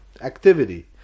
activity